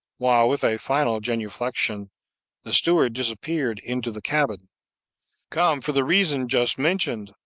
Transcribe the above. while with a final genuflexion the steward disappeared into the cabin come, for the reason just mentioned,